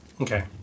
Okay